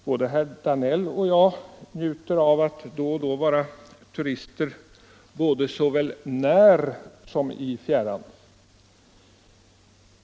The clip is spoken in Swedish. Både herr Danell och jag njuter av att då och då vara turister, såväl nära som i fjärran.